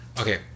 Okay